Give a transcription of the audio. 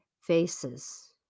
faces